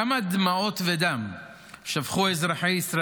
16 מאיר כהן (יש עתיד): 19 נאור שירי (יש עתיד): 20 שרון ניר